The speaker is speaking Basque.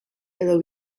edo